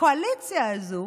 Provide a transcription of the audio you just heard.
הקואליציה הזאת,